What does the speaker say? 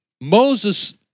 Moses